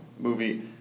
movie